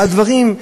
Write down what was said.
על דברים,